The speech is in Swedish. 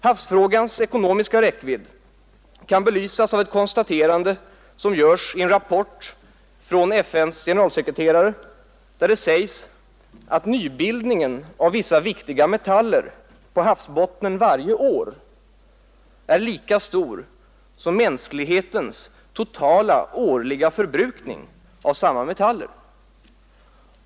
Havsfrågans ekonomiska räckvidd kan belysas av ett konstaterande som görs i en FN-rapport från generalsekreteraren, där det sägs att nybildningen av vissa viktiga metaller på havsbottnen varje år är lika stor som mänsklighetens totala årliga förbrukning av samma metaller.